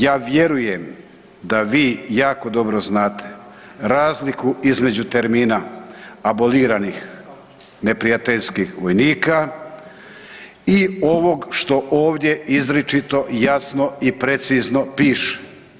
Ja vjerujem da vi jako dobro znate razliku između termina aboliranih neprijateljskih vojnika i ovog što ovdje izričito jasno i precizno piše.